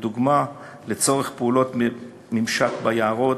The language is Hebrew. לדוגמה לצורך פעולות ממשק ביערות,